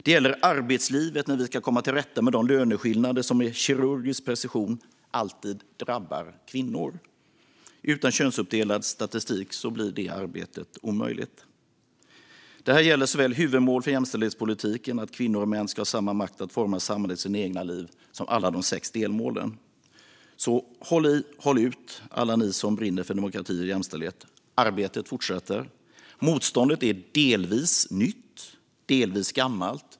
Det gäller i arbetslivet när vi ska komma till rätta med de löneskillnader som med kirurgisk precision alltid drabbar kvinnor. Utan könsuppdelad statistik blir detta arbete omöjligt. Detta gäller såväl huvudmålet för jämställdhetspolitiken, att kvinnor och män ska ha samma makt att forma samhället och sina egna liv, som alla de sex delmålen. Så håll i och håll ut alla ni som brinner för demokrati och jämställdhet! Arbetet fortsätter. Motståndet är delvis nytt, delvis gammalt.